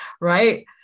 Right